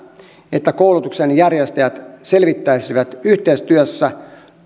että koulutuksen järjestäjät selvittäisivät yhteistyössä